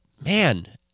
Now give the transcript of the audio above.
Man